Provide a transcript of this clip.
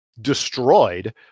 destroyed